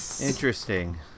interesting